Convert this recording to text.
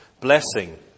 blessing